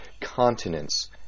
continents